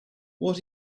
what